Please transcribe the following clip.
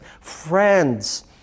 friends